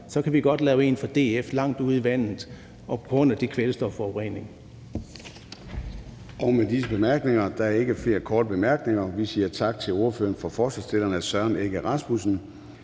kan vi godt lave en for DF langt ude i vandet på grund af den kvælstofforurening.